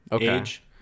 age